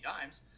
Dimes